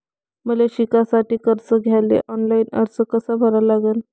मले शिकासाठी कर्ज घ्याले ऑनलाईन अर्ज कसा भरा लागन?